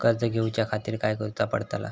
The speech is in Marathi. कर्ज घेऊच्या खातीर काय करुचा पडतला?